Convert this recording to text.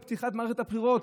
בפתיחת מערכת הבחירות,